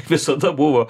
visada buvo